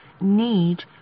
need